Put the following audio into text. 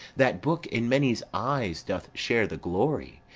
that book in many's eyes doth share the glory,